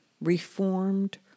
reformed